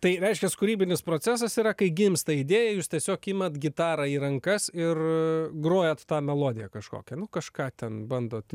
tai reiškias kūrybinis procesas yra kai gimsta idėja jūs tiesiog imat gitarą į rankas ir grojat tą melodiją kažkokią nu kažką ten bandot